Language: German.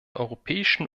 europäischen